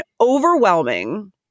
overwhelming